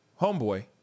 homeboy